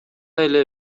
эле